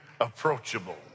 approachable